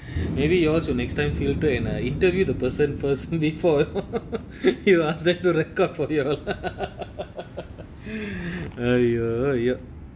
maybe you also next time filter in a interview the person first before you ask them to record